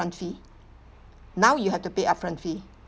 fee now you have to pay upfront fee